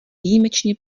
výjimečně